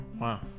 Wow